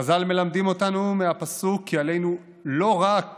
חז"ל מלמדים אותנו מהפסוק כי עלינו לא רק